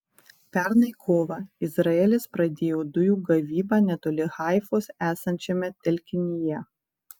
pernai kovą izraelis pradėjo dujų gavybą netoli haifos esančiame telkinyje